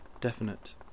definite